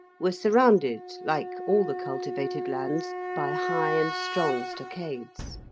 were surrounded, like all the cultivated lands, by high and strong stockades.